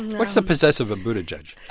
what's the possessive of buttigieg?